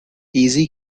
easy